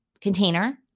Container